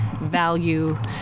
value